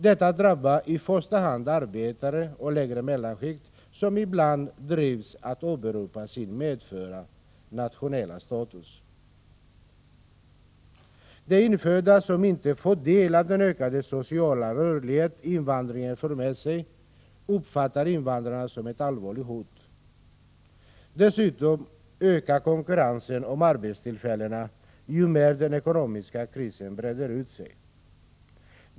Detta drabbar i första hand arbetare och lägre mellanskikt, som ibland drivs att åberopa sin medfödda nationella status. De infödda som inte får del av den ökade sociala rörlighet invandringen för med sig uppfattar invandrarna som ett allvarligt hot. Dessutom ökar konkurrensen om arbetstillfällena ju mer den ekonomiska krisen breder ut sig.